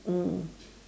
mm